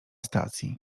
stacji